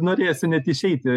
norėsi net išeiti iš